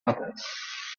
others